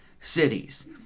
cities